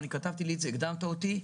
אני כתבתי והקדמת אותי.